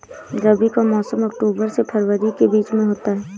रबी का मौसम अक्टूबर से फरवरी के बीच में होता है